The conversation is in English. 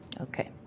Okay